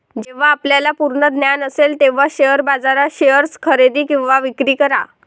जेव्हा आपल्याला पूर्ण ज्ञान असेल तेव्हाच शेअर बाजारात शेअर्स खरेदी किंवा विक्री करा